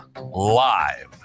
Live